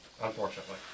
unfortunately